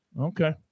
Okay